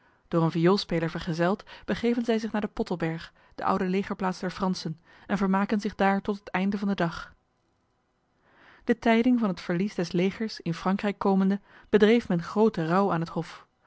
door een vioolspeler vergezeld begeven zij zich naar de pottelberg de oude legerplaats der fransen en vermaken zich daar tot het einde van de dag de tijding van het verlies des legers in frankrijk komende bedreef men grote rouw aan het hof